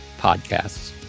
podcasts